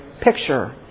picture